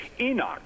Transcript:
Enoch